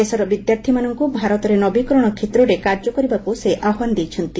ଦେଶର ବିଦ୍ୟାର୍ଥୀମାନଙ୍କୁ ଭାରତରେ ନବୀକରଣ କ୍ଷେତ୍ରରେ କାର୍ଯ୍ୟ କରିବାକୁ ସେ ଆହ୍ବାନ ଦେଇଛନ୍ତି